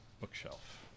bookshelf